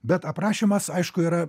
bet aprašymas aišku yra